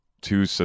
two